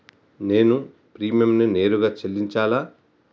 నేను ప్రీమియంని నేరుగా చెల్లించాలా?